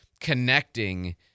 connecting